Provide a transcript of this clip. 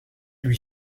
lui